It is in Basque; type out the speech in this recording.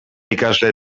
ikasle